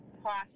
process